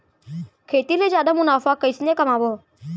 खेती ले जादा मुनाफा कइसने कमाबो?